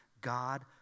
God